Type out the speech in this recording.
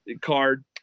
card